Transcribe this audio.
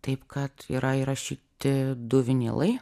taip kad yra įrašyti du vinilai